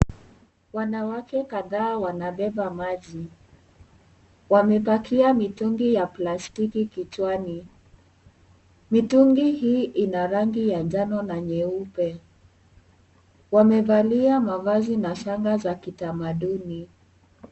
Wanawake kadhaa wanabeba maji. Wamepakia mitungi ya plastiki kichwani. Mitungi hii ina rangi ya njano na nyeupe. Wamevalia mavazi na shanga za kitamaduni.